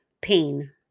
pain